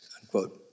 unquote